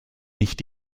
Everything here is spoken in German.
nicht